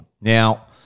Now